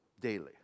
daily